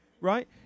Right